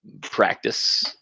practice